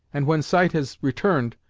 and when sight has returned,